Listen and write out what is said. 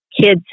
kids